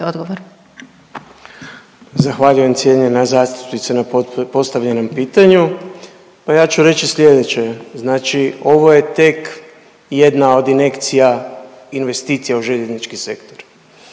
Alen** Zahvaljujem cijenjena zastupnice na postavljenom pitanju. Pa ja ću reći sljedeće. Znači ovo je tek jedna od injekcija investicija u željeznički sektor.